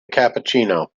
cappuccino